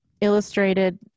illustrated